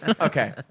Okay